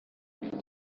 nari